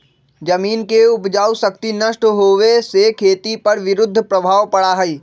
जमीन के उपजाऊ शक्ति नष्ट होवे से खेती पर विरुद्ध प्रभाव पड़ा हई